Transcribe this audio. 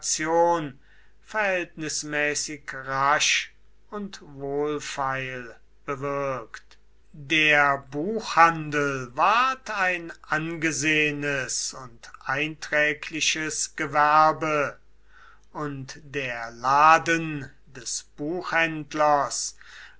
verhältnismäßig rasch und wohlfeil bewirkt der buchhandel ward ein angesehenes und einträgliches gewerbe und der laden des buchhändlers